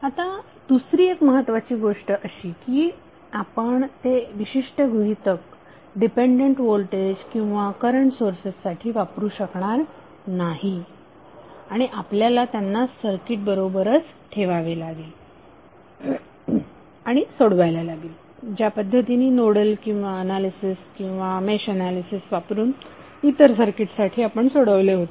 आता दुसरी एक महत्त्वाची गोष्ट अशी की आपण ते विशिष्ट गृहीतक डिपेंडंट व्होल्टेज किंवा करंट सोर्सेससाठी वापरू शकणार नाही आणि आपल्याला त्यांना सर्किट बरोबरच ठेवावे लागेल आणि सोडवायला लागेल ज्या पद्धतीने नोडल ऍनालिसिस किंवा मेश ऍनालिसिस वापरून इतर सर्किटसाठी आपण सोडवले होते